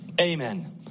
amen